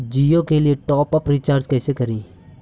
जियो के लिए top up recharge कैसे करी?